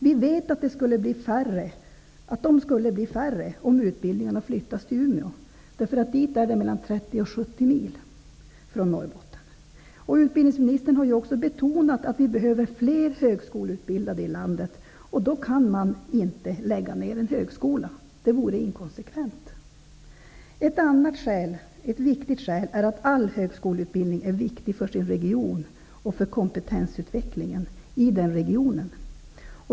Vi vet att det skulle bli färre som sökte sig till denna utbildning, om den flyttades till Umeå. Till Umeå är det mellan 30 och 70 mil, beroende på var i Norrbotten man bor. Utbildningsministern har ju betonat att det behövs fler högskoleutbildade i landet. Då kan man inte lägga ner en högskola. Det vore inkonsekvent. Ett annat skäl är att all högskoleutbildning är viktig för sin region och för kompetensutvecklingen i den regionen.